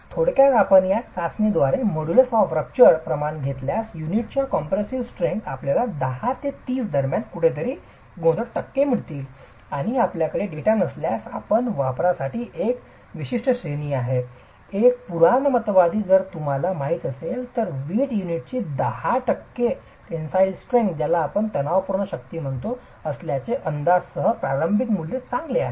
थोडक्यात आपण या चाचणीद्वारे मोडुलस ऑफ रपचर प्रमाण घेतल्यास युनिटच्या कॉम्प्रेसीव स्ट्रेंग्थ आपल्याला 10 ते 30 दरम्यान कुठेतरी गुणोत्तर मिळेल टक्के आणि ही आपल्याकडे डेटा नसल्यास आपल्या वापरासाठीची एक विशिष्ट श्रेणी आहे एक पुराणमतवादी जर तुम्हाला माहित असेल तर वीट युनिटची 10 तणावपूर्ण शक्ती असल्याचे अंदाज सह प्रारंभिक मूल्य चांगले आहे